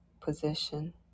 position